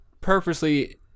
purposely